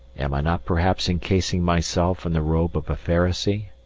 am i not perhaps encasing myself in the robe of a pharisee?